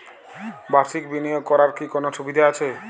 বাষির্ক বিনিয়োগ করার কি কোনো সুবিধা আছে?